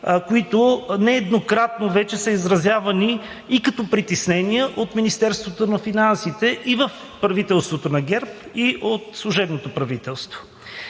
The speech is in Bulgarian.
които нееднократно вече са изразявани и като притеснения от Министерството на финансите и от правителството на ГЕРБ, и от служебното правителство.